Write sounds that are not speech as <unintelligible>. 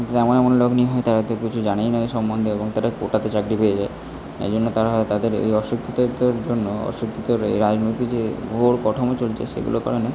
গ্রামের এমন লোক <unintelligible> তারা তো কিছু জানেই না এই সম্বন্ধে এবং তারা কোটাতে চাকরি পেয়ে যায় এই জন্য তারা হয়তো তাদের এই অশিক্ষিতদের জন্য অশিক্ষিতর এই আইনগত যে ভুয়োর কঠামো চলছে সেগুলোর কারণে